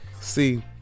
See